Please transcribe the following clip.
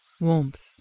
Warmth